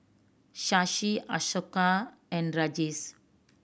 Shashi Ashoka and Rajesh